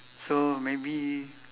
so maybe